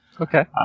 Okay